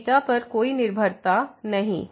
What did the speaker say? तो 𝚹 पर कोई निर्भरता नहीं